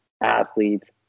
athletes